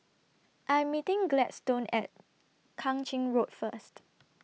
I'm meeting Gladstone At Kang Ching Road First